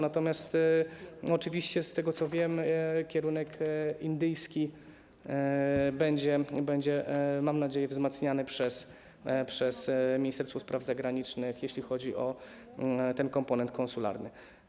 Natomiast oczywiście z tego, co wiem, kierunek indyjski będzie, mam nadzieję, wzmacniany przez Ministerstwo Spraw Zagranicznych, jeśli chodzi o komponent konsularny.